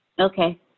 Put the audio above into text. Okay